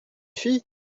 fille